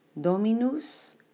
Dominus